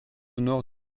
nord